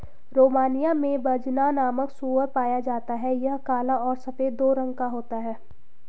Romania में Bazna नामक सूअर पाया जाता है यह काला और सफेद दो रंगो का होता है